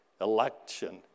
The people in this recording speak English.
election